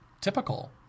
typical